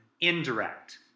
indirect